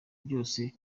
byose